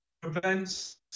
prevents